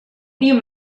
dir